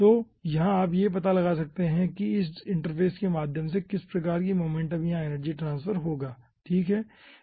तो यहां आप यह पता लगा सकते हैं कि इस इंटरफेस के माध्यम से किसी प्रकार की मोमेंटम या एनर्जी ट्रांसफर होगा ठीक है